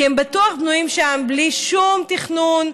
כי הם בטוח בנויים שם בלי שום תכנון,